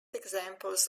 examples